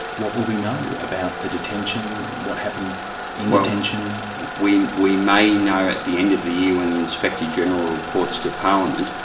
what will we know about the detention, what happened in detention? well we may know at the end of the year when the inspector-general reports to parliament,